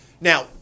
Now